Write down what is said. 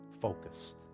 focused